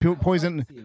Poison